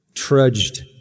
trudged